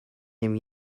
him